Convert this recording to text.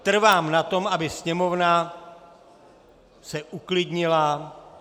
Trvám na tom, aby se sněmovna uklidnila.